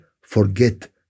Forget